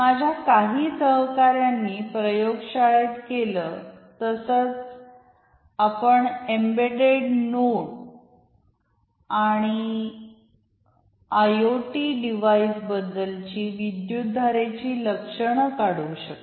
माझ्या काही सहकाऱ्यांनी प्रयोगशाळेत केलं तसचआपण एम्बेडेड नोड आणि आयओटी डिवाइस बद्दलची विद्युतधारेची लक्षण काढू शकता